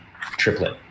triplet